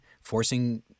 forcing